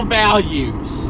values